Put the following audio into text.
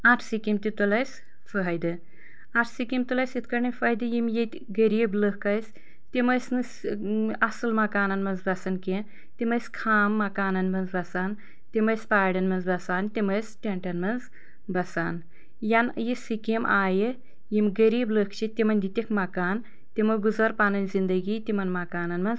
اَتھ سِکیٖم تہِ تُل اسہِ فٲیدٕ اَتھ سِکیٖم تُل اسہِ یِتھ کٲٹھۍ فٲیدٕ یِم ییٚتہِ غریٖب لوٗکھ ٲسۍ تِم ٲسۍ نہٕ اصٕل مَکانن منٛز بسان کیٚنٛہہ تِم ٲسۍ خام مَکانن منٛز بسان تِم ٲسۍ پاڑیٚن منٛز بَسان تِم ٲسۍ ٹیٚنٹَن منٛز بَسان یَنہٕ یہِ سِکیٖم آیہِ یِم غریٖب لوٗکھ چھِ تِمن دِتِکھ مَکانہٕ تِمو گُزار پَنٕنۍ زِندگی تِمَن مَکانن منٛز